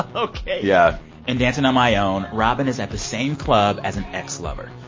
ah ok yeah in dancing on my own, robyn is at the same club as an ex-lover.